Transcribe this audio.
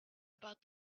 about